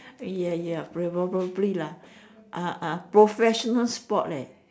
ya ya favorably lah uh uh professional sport leh